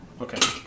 Okay